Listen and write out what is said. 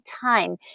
time